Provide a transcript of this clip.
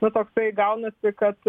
nu toksai gaunasi kad